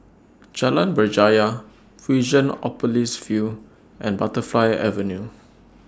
Jalan Berjaya Fusionopolis View and Butterfly Avenue